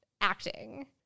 Acting